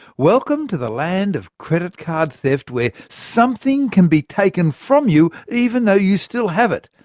welcome to the land of credit card theft, where something can be taken from you, even though you still have it.